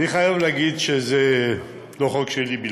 אני חייב להגיד שזה לא חוק שלי בלבד,